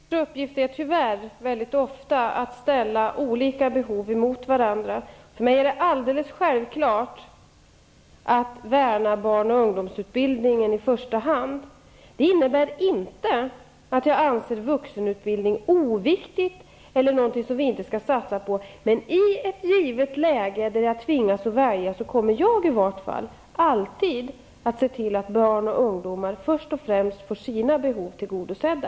Herr talman! Politikers uppgift är, tyvärr, väldigt ofta att ställa olika behov mot varandra. För mig är det en absolut självklarhet att i första hand värna barn och ungdomsutbildningen. Det innebär inte att jag anser att vuxenutbildningen är oviktig eller att den är något som vi inte skall satsa på. I ett givet läge där man tvingas välja kommer i varje fall jag alltid att se till att först och främst barn och ungdomar får sina behov tillgodosedda.